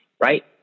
right